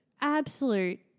absolute